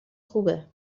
خوبه